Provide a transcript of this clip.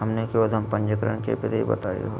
हमनी के उद्यम पंजीकरण के विधि बताही हो?